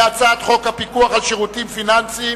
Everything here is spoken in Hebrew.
בהצעת חוק הפיקוח על שירותים פיננסיים.